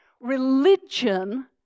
Religion